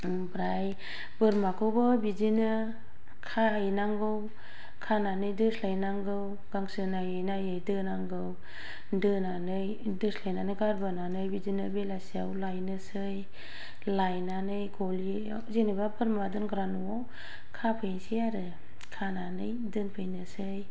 ओमफ्राय बोरमाखौबो बिदिनो खाहैनांगौ खानानै दोस्लायनांगौ गांसो नायै नायै दोनांगौ दोनानै दोस्लायनानै गारबोनानै बिदिनो बेलासियाव लायनोसै लायनानै गलियाव जेनेबा बोरमा दोनग्रा न'वाव खाफैनोसै आरो खानानै दोनफैनोसै